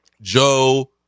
Joe